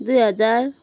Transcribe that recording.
दुई हजार